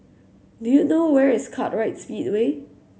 do you know where is Kartright Speedway